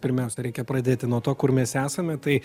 pirmiausia reikia pradėti nuo to kur mes esame tai